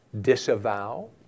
disavow